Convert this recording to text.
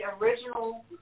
original